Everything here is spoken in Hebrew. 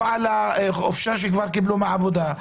לא על החופשה שכבר קיבלו מהעבודה,